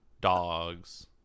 dogs